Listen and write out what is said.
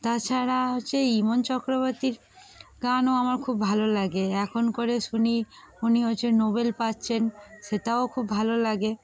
তাছাড়া হচ্ছে ইমন চক্রবর্তীর গানও আমার খুব ভালো লাগে এখন করে শুনি উনি হচ্ছে নোবেল পাচ্ছেন সেটাও খুব ভালো লাগে